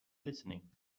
listening